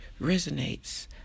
resonates